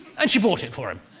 and she bought it for him.